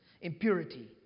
impurity